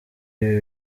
ibi